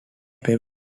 paper